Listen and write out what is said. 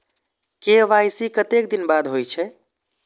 KYC कतेक दिन बाद होई छै?